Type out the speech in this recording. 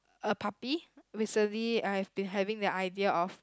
a puppy recently I've been having the idea of